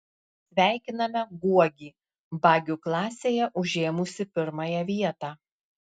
sveikiname guogį bagių klasėje užėmusį pirmąją vietą